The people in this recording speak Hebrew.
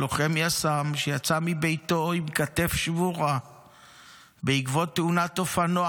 לוחם יס"מ שיצא מביתו עם כתף שבורה בעקבות תאונת אופנוע,